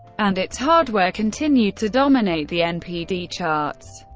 and its hardware continued to dominate the npd charts.